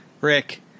Rick